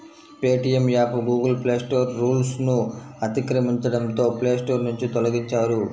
Paytm app Google Play Store రూల్స్ను అతిక్రమించడంతో Play Store నుంచి తొలగించారు